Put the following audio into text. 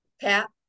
Pat